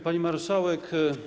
Pani Marszałek!